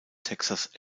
texas